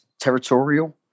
territorial